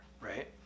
right